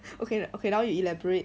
okay okay now you elaborate